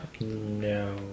no